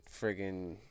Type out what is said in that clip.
friggin